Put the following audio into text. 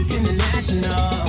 International